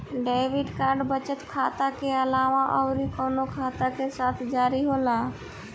Debit card बचत खाता के अलावा अउरकवन खाता के साथ जारी होला?